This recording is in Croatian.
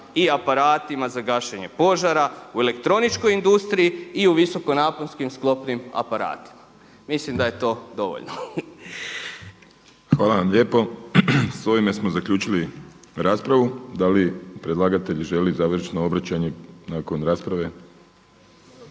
i aparatima za gašenje požara, u elektroničkoj industriji i u visokonaponskim sklopnim aparatima, mislim da je to dovoljno. **Vrdoljak, Ivan (HNS)** Hvala vam lijepo. S ovime smo zaključili raspravu. Da li predlagatelj želi završno obraćanje nakon rasprave?